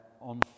on